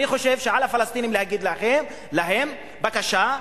אני חושב שעל הפלסטינים להגיד להם: בבקשה,